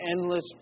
endless